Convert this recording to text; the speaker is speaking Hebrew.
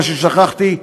מה ששכחתי,